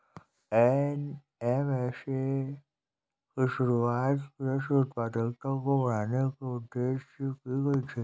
NMSA की शुरुआत कृषि उत्पादकता को बढ़ाने के उदेश्य से की गई थी